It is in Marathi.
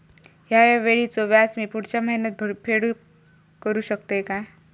हया वेळीचे व्याज मी पुढच्या महिन्यात फेड करू शकतय काय?